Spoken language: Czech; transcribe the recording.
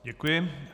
Děkuji.